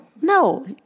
no